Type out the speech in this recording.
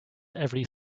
every